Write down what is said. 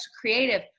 creative